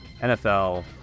NFL